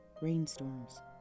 rainstorms